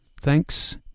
Thanks